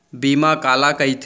बीमा काला कइथे?